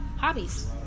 Hobbies